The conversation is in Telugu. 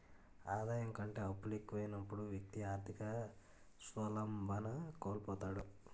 ఆదాయం కంటే అప్పులు ఎక్కువైనప్పుడు వ్యక్తి ఆర్థిక స్వావలంబన కోల్పోతాడు